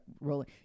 rolling